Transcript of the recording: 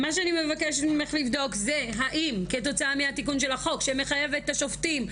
אני מבקשת ממך לבדוק האם כתוצאה מתיקון החוק שמחייב את השופטים,